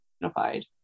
unified